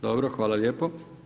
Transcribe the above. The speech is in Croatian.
Dobro, hvala lijepo.